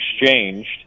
exchanged